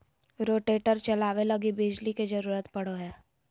rotator चलावे लगी बिजली के जरूरत पड़ो हय